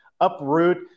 uproot